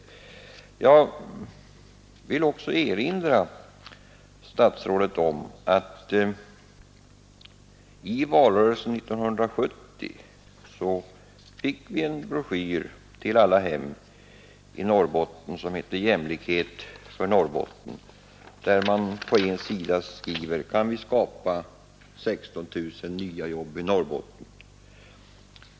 Jag vill också erinra statsrådet om att det vid valrörelsen 1970 sändes en broschyr till alla hem i Norrbotten, kallad Jämlikhet för Norrbotten, där man på en sida skriver: ”Kan vi skapa 16 000 nya jobb i Norrbotten?